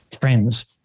friends